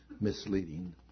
misleading